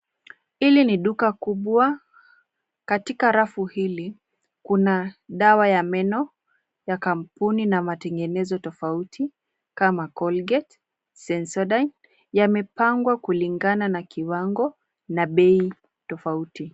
Hili ni duka kubwa. Katika rafu hili kuna dawa ya meno ya kampuni na matengenezo tofauti kama Colgate, Sensodyne. Yamepangwa kulingana na kiwango na bei tofauti.